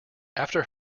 after